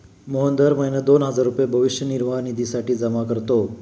मोहन दर महीना दोन हजार रुपये भविष्य निर्वाह निधीसाठी जमा करतो